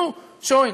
נו, שוין.